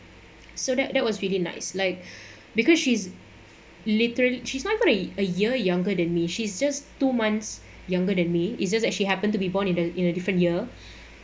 so that that was really nice like because she's literally she's not even a year younger than me she's just two months younger than me it's just that she happened to be born in a in a different year